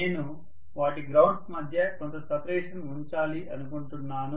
నేను వాటి గ్రౌండ్స్ మధ్య కొంత సపరేషన్ ఉంచాలి అనుకుంటున్నాను